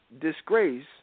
disgrace